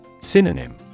Synonym